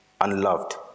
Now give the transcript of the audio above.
unloved